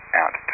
out